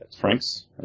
Franks